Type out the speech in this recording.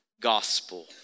gospel